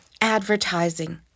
Advertising